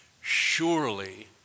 Surely